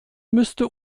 müsste